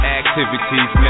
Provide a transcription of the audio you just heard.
activities